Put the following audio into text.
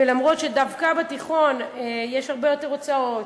ואף שדווקא בתיכון יש הרבה יותר הוצאות